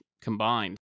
combined